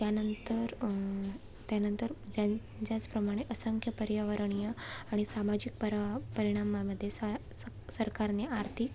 त्यानंतर त्यानंतर ज्यांचं ज्याचप्रमाणे असंख्य पर्यावरणीय आणि सामाजिक परा परिणामामध्ये सा स् सरकारने आर्थिक